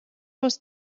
was